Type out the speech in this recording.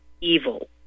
evil